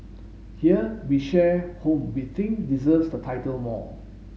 here we share whom we think deserves the title more